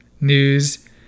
news